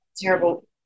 terrible